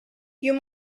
you